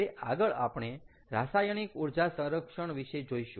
હવે આગળ આપણે રાસાયણિક ઊર્જા સંરક્ષણ વિશે જોઈશું